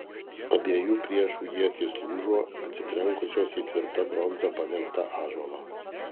abiejų priešų ietys lūžo atsitrenkusios į tvirta bronza padengtą ąžuolą